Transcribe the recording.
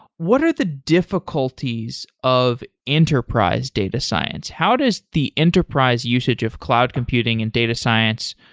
what are the difficulties of enterprise data science? how does the enterprise usage of cloud computing and data science?